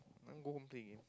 go home play